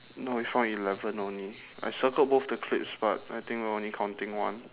no we found eleven only I circled both the clips but I think we're only counting one